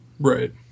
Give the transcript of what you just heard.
Right